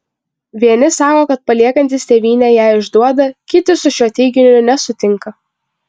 vieni sako kad paliekantys tėvynę ją išduoda kiti su šiuo teiginiu nesutinka